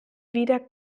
wieder